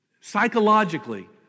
psychologically